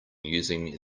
using